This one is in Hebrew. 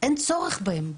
אין צורך בהם.